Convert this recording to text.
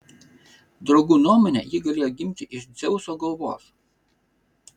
draugų nuomone ji galėjo gimti iš dzeuso galvos